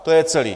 To je celé.